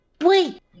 Wait